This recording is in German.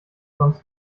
sonst